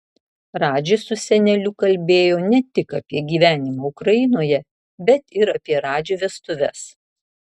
radži su seneliu kalbėjo ne tik apie gyvenimą ukrainoje bet ir apie radži vestuves